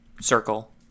circle